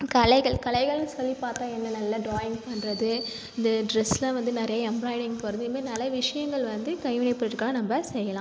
கலைகள் கலைகள்ன்னு சொல்லி பார்த்தா என்ன நல்ல ட்ராயிங் பண்ணுறது இந்த ட்ரெஸ்ஸில் வந்து நிறைய எம்பராய்டிங் போடுறது இதுமாரி நிறைய விஷயங்கள் வந்து கைவினைப்பொருட்கள் நம்ம செய்யலாம்